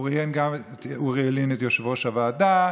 הוא ראיין גם את אוריאל לין, את יושב-ראש הוועדה,